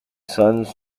sons